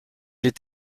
est